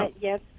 Yes